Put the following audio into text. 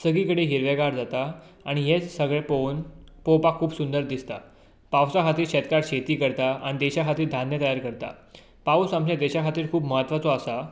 सगळी कडेन हिरवेगार जाता आनी हें सगळें पळोवन पळोवपाक खूब सुंदर दिसता पावसा खातीर शेतकार शेती करता आनी देशा खातीर धान्य तयार करता पावस आमच्या देशा खातीर खूब म्हत्वाचो आसा